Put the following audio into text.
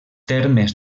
termes